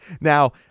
now